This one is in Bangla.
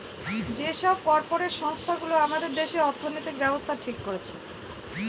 যে সব কর্পরেট সংস্থা গুলো আমাদের দেশে অর্থনৈতিক ব্যাবস্থা ঠিক করছে